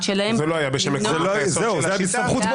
שלהם --- זה לא היה בשם עקרונות היסוד של השיטה.